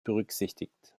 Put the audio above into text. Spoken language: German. berücksichtigt